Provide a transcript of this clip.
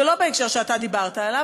ולא בהקשר שאתה דיברת עליו,